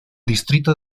distrito